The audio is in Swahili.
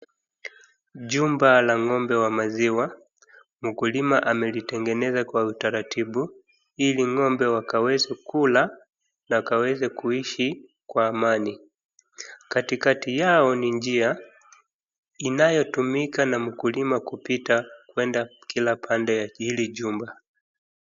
Jumba la ng'ombe wa maziwa, Mkulima amelitengeneza kwa utaratibu ili ng'ombe wakaweze kula na wakaweze kuishi kwa amani. Katikati yao ni njia inayotumika na mkulima kupita kwenda kila pande ya hili jumba.